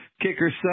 Kickers